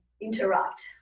interrupt